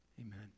Amen